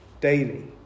daily